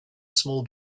small